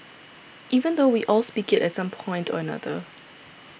even though we all speak it at some point or another